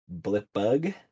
blipbug